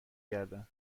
گردن